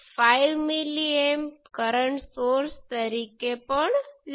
જે 1 3 kilo Ω × I2 પણ છે